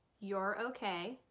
you're okay.